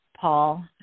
Paul